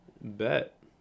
bet